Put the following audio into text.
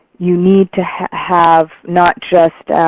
you need to have not just